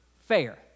fair